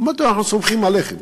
אמרתי לו: אנחנו סומכים עליכם,